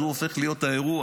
ואז הוא הופך להיות האירוע.